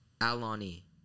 Alani